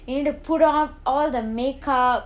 need to put on all the makeup